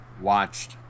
watched